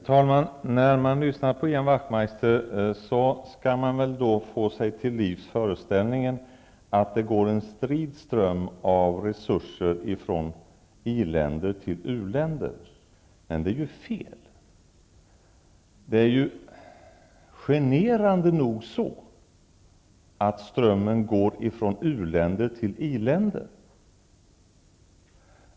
Herr talman! När man lyssnar på Ian Wachtmeister skall man få sig till livs föreställningen att det går en strid ström av resurser från i-länderna till uländerna. Men det är ju fel. Generande nog går strömmen från u-länder till i-länder.